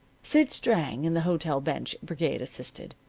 sid strang and the hotel bench brigade assisted.